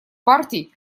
партий